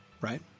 right